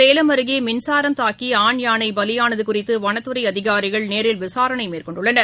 சேலம் அருகே மின்சாரம் தாக்கி ஆண் யானை பலியானது குறித்து வனத்துறை அதிகாரிகள் நேரில் விசாரணை மேற்கொண்டுள்ளனர்